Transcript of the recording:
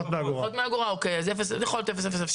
אוקי, יכול להיות שפחות.